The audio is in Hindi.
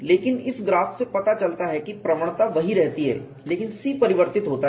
लेकिन इस ग्राफ से यह पता चलता है कि प्रवणता वही रहती है लेकिन C परिवर्तित होता है